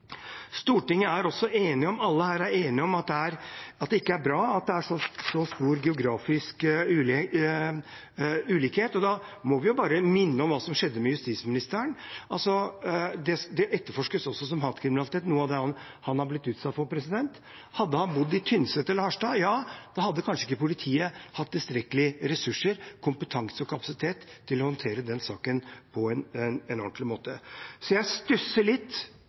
Stortinget er også enige om at det ikke er bra at det er så stor geografisk ulikhet, og da må vi bare minne om hva som skjedde med justisministeren. Noe av det han er blitt utsatt for, etterforskes også som hatkriminalitet. Hadde han bodd på Tynset eller i Harstad, hadde kanskje ikke politiet hatt tilstrekkelige ressurser, kompetanse og kapasitet til å håndtere den saken på en ordentlig måte. Så jeg stusser litt